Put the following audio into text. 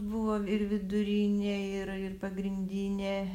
buvo ir vidurinė ir ir pagrindinė